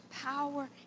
power